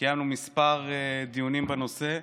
קיימנו כמה דיונים בנושא,